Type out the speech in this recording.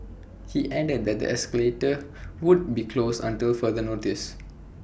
he added that the escalator would be closed until further notice